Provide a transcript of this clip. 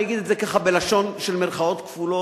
אני אגיד את זה בלשון של מירכאות כפולות: